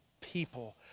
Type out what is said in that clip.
people